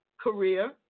career